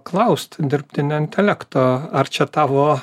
klaust dirbtinio intelekto ar čia tavo